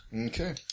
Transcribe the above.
Okay